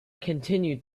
continued